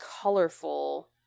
colorful